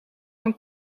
van